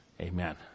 amen